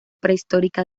prehistórica